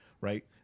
right